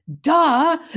duh